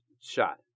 shot